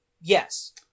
yes